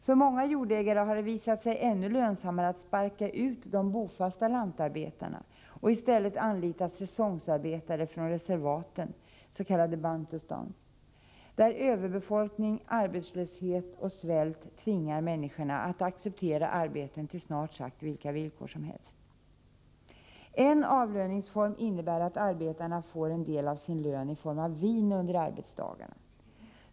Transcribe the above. För många jordägare har det visat sig ännu lönsammare att sparka ut de ”bofasta” lantarbetarna och i stället anlita säsongsarbetare från reservaten — s.k. bantustans — där överbefolkning, arbetslöshet och svält tvingar människor att acceptera arbeten på snart sagt vilka villkor som helst. En avlöningsform innebär att arbetarna får en del av sin lön i form av vin under arbetsdagarna.